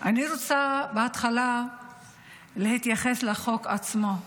אני רוצה בהתחלה להתייחס לחוק עצמו,